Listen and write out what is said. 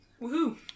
Woohoo